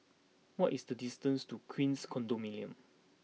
what is the distance to Queens Condominium